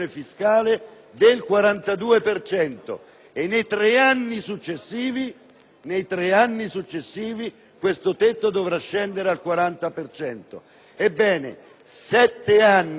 nei tre anni successivi questo tetto dovrà scendere al 40 per cento. Ebbene, ci vorranno sette anni, signor Presidente, per ritornare alla pressione fiscale